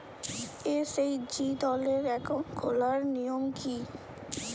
SHG দলের account খোলার নিয়ম কী?